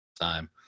time